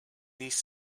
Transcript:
these